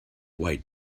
white